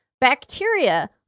bacteria